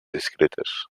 discretes